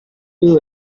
you